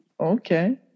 Okay